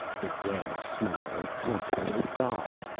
the damned smiling confident odal.